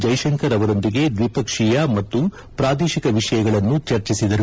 ಜೈಶಂಕರ್ ಅವರೊಂದಿಗೆ ದ್ವಿಪಕ್ಷೀಯ ಮತ್ತು ಪ್ರಾದೇಶಿಕ ವಿಷಯಗಳನ್ನು ಚರ್ಚಿಸಿದರು